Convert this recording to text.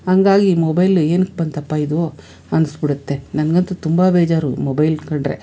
ಹಂಗಾಗಿ ಈ ಮೊಬೈಲು ಏನಕ್ಕೆ ಬಂತಪ್ಪ ಇದು ಅನಿಸ್ಬಿಡುತ್ತೆ ನನಗಂತು ತುಂಬ ಬೇಜಾರು ಮೊಬೈಲ್ ಕಂಡರೆ